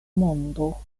mondo